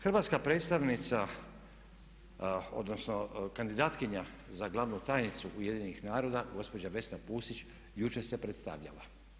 Hrvatska predstavnica, zapravo kandidatkinja za glavnu tajnicu UN-a gospođa Vesna Pusić jučer se predstavljala.